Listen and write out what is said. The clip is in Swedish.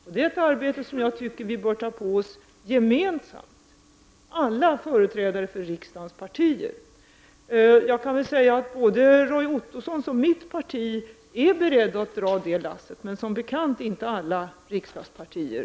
Det är ett arbete som jag tycker att alla företrädare för riksdagens partier gemensamt bör ta på sig. Både Roy Ottossons och mitt parti är beredda att dra lasset. Men som bekant gäller inte detta alla riksdagspartier.